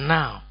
now